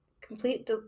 complete